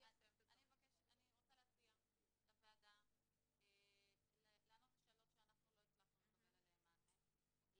אני רוצה להציע לוועדה לענות לשאלות שאנחנו לא הצלחנו לקבל עליהן מענה,